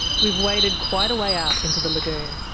we've waded quite a way out into the lagoon.